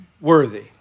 worthy